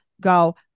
go